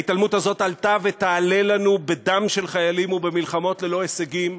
ההתעלמות הזאת עלתה ותעלה לנו בדם של חיילים ובמלחמות ללא הישגים,